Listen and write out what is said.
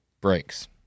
Brakes